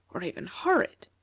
or even horrid.